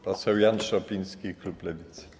Poseł Jan Szopiński, klub Lewicy.